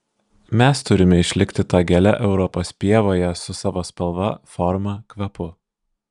mes turime išlikti ta gėle europos pievoje su savo spalva forma kvapu